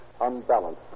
unbalanced